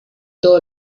todo